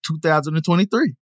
2023